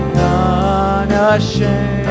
unashamed